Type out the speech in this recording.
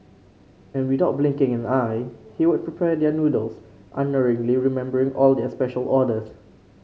and without blinking an eye he would prepare their noodles unerringly remembering all their special orders